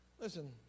Listen